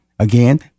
Again